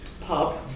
pub